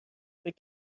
فکر